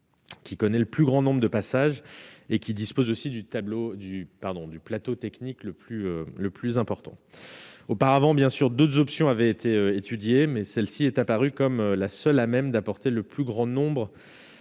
Qui connaît le plus grand nombre de passages et qui disposent aussi du tableau du pardon du plateau technique le plus le plus important auparavant bien sûr 2 options avaient été étudiés, mais celle-ci est apparue comme la seule à même d'apporter le plus grand nombre